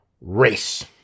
race